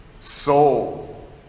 Soul